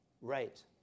right